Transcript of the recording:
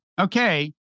Okay